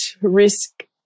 risk